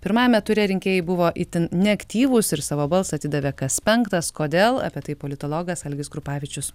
pirmajame ture rinkėjai buvo itin neaktyvūs ir savo balsą atidavė kas penktas kodėl apie tai politologas algis krupavičius